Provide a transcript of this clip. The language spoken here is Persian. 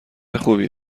خوبی